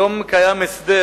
היום קיים הסדר